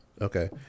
Okay